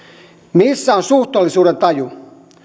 missä on suhteellisuudentaju